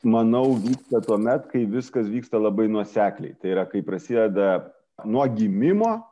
manau vyksta tuomet kai viskas vyksta labai nuosekliai tai yra kai prasideda nuo gimimo